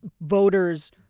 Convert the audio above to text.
voters